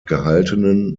gehaltenen